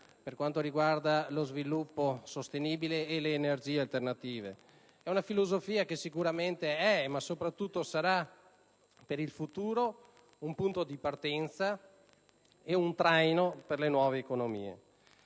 Mi riferisco allo sviluppo sostenibile e alle energie alternative; è una filosofia che sicuramente è, ma soprattutto sarà per il futuro un punto di partenza e un traino per le nuove economie.